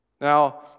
Now